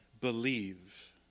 believe